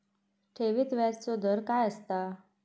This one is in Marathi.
ठेवीत व्याजचो दर काय असता?